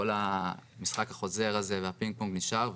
כל המשחק החוזר הזה והפינג-פונג נשאר,